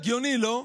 הגיוני, לא?